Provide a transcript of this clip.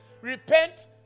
repent